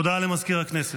הודעה למזכיר הכנסת.